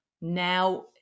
now